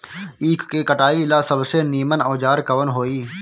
ईख के कटाई ला सबसे नीमन औजार कवन होई?